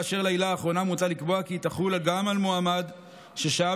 באשר לעילה האחרונה מוצע לקבוע כי היא תחול גם על מועמד ששהה